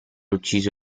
ucciso